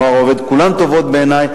או "הנוער העובד" כולן טובות בעיני,